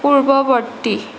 পূৰ্ৱবৰ্তী